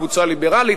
קבוצה ליברלית,